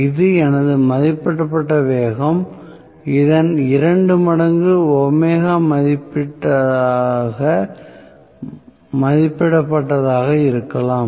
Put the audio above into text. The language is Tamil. இது எனது மதிப்பிடப்பட்ட வேகம் இதன் இரண்டு மடங்கு ஒமேகா மதிப்பிடப்பட்டதாக இருக்கலாம்